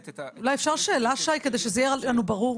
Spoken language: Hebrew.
אולי אפשר שאלה, שי, כדי שזה יהיה לנו ברור?